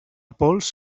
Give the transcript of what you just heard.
pols